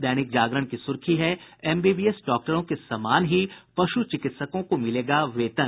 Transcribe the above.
दैनिक जागरण की सुर्खी है एमबीबीएस डॉक्टरों के समान ही पशु चिकित्सकों को मिलेगा वेतन